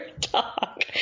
talk